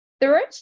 Third